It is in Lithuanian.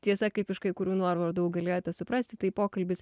tiesa kaip iš kai kurių nuorodų galėjote suprasti tai pokalbis